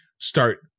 start